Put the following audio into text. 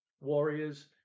warriors